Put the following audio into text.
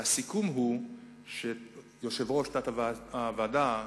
הסיכום הוא שיושב-ראש התת-ועדה,